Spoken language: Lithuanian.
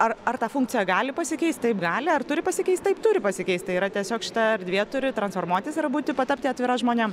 ar ar ta funkcija gali pasikeist taip gali ar turi pasikeist taip turi pasikeist tai yra tiesiog šita erdvė turi transformuotis ir būti patapti atvira žmonėm